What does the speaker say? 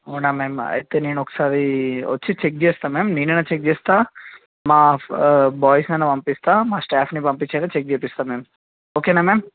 అవునా మ్యామ్ అయితే నేనొకసారి వచ్చి చెక్ చేస్తా మ్యామ్ నేనయినా చెక్ చేస్తా మా బాయ్స్నయినా పంపిస్తా మా స్టాఫ్ని పంపించి అయినా చెక్ చేయిస్తా మ్యామ్ ఒకేనా మ్యామ్